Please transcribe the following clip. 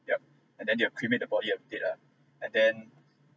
yup and then they have cremate the body of the dead lah and then